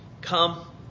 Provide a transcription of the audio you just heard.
come